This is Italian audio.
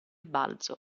balzo